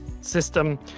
system